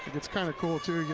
it's kind of cool, too,